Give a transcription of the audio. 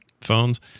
phones